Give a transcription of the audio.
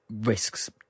risks